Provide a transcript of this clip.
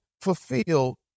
fulfill